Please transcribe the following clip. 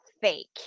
fake